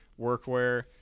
workwear